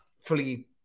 fully